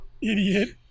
Idiot